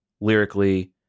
lyrically